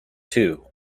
two